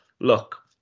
look